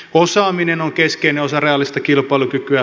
osaaminen on keskeinen osa reaalista kilpailukykyä